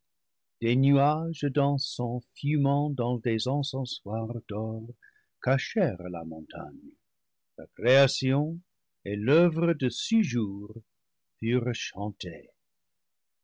des nuages d'encens fumant dans des encensoirs d'or cachèrent la montagne la création et l'oeuvre de six jours furent